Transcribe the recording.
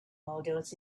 models